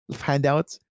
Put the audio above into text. handouts